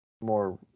more